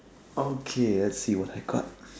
okay let's see what I got